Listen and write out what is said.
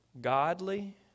godly